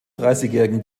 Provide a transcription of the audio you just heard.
dreißigjährigen